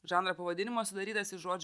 žanro pavadinimas sudarytas iš žodžių